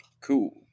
Cool